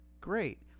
great